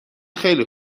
خیلی